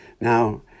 Now